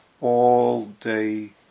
all-day